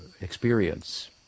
experience